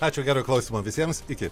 ačiū gero klausimo visiems iki